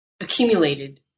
accumulated